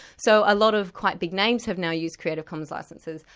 so a lot of quite big names have now used creative commons licences,